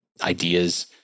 ideas